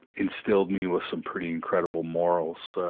instilled me with some pretty incredible morals ah,